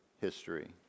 history